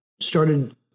started